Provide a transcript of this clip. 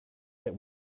that